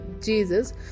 Jesus